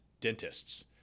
dentists